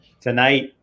tonight